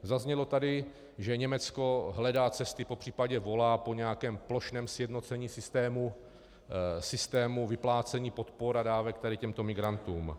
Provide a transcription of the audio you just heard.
Zaznělo tady, že Německo hledá cesty, popřípadě volá po nějakém plošném sjednocení systému vyplácení podpor a dávek těmto migrantům.